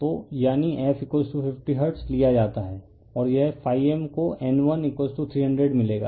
तो यानी f 50 hertz लिया जाता है और यह ∅m को N1300 मिलेगा